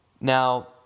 Now